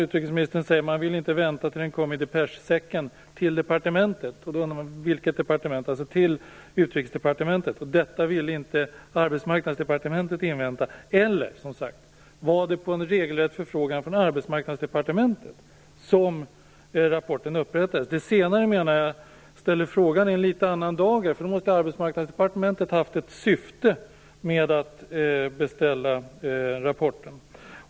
Utrikesministern säger att man inte ville vänta tills den kom i depeschsäcken till departementet. Vilket departement? Alltså till Utrikesdepartementet. Och detta vill inte Arbetsmarknadsdepartementet invänta. Eller var det efter en regelrätt fråga från Arbetsmarknadsdepartementet som rapporten upprättades? Det senare ställer frågan i en litet annan dager, för då måste Arbetsmarknadsdepartementet ha haft ett syfte med att beställa rapporten.